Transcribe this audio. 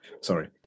sorry